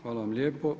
Hvala vam lijepo.